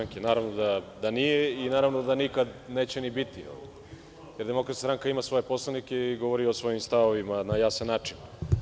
Naravno da nije i naravno da nikad neće ni biti, jer DS ima svoje poslanike i govori o svojim stavovima na jasan način.